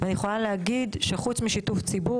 ואני יכולה להגיד שחוץ משיתוף ציבור